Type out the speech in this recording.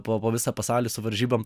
po po visą pasaulį su varžybom